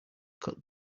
cut